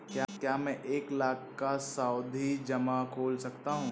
क्या मैं एक लाख का सावधि जमा खोल सकता हूँ?